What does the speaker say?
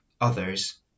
others